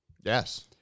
Yes